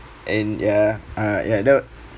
and ya uh ya that